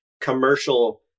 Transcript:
commercial